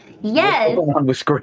yes